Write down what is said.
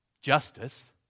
Justice